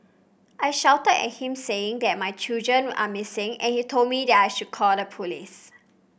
I shouted at him saying that my children are missing and he told me that I should call the police